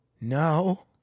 No